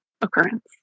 occurrence